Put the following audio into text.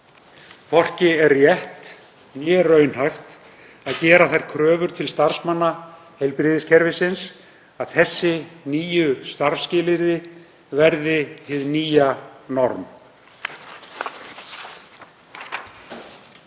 Hvorki er rétt né raunhæft að gera þær kröfur til starfsmanna heilbrigðiskerfisins að þessi starfsskilyrði séu hið nýja norm.